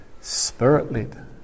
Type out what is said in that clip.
Spirit-led